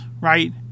Right